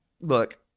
look